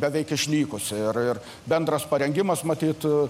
beveik išnykusi ir ir bendras parengimas matyt